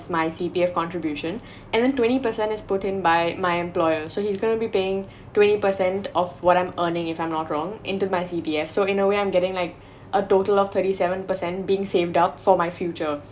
my C_P_F contribution and then twenty percent is putting by my employer so he's going to be paying twenty percent of what I'm earning if I'm not wrong into my C_P_F so in a way I'm getting like a total of thirty seven percent being saved up for my future